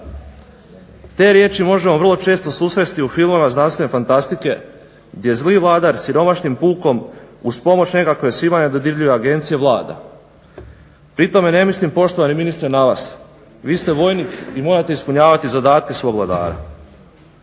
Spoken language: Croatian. te riječi možemo vrlo često susresti u filmovima znanstvene fantastike gdje zli vladar siromašnim pukom uz pomoć nekakve svima nedodirljive agencije vlada. Pri tome ne mislim poštovani ministre na vas. Vi ste vojnik i morate ispunjavati zadatke svoga vladara.